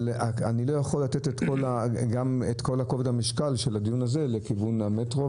אבל אני לא יכול לתת את כל כובד המשקל של הדיון הזה לכיוון המטרו,